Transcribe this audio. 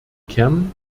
kern